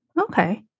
Okay